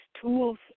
tools